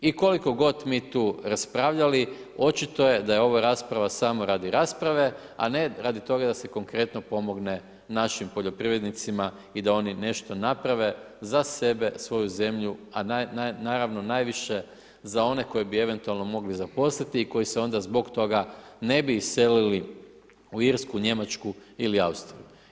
I koliko god mi tu raspravljali, očito je da je ova rasprava samo radi rasprave, a ne radi toga da se konkretno pomogne našim poljoprivrednicima i da oni nešto naprave, za sebe, svoju zemlju, a naravno, najviše, za one koji bi eventualno koje bi eventualno mogli zaposliti i koji se onda zbog toga, ne bi iselili u Irsku, Njemačku ili Austriju.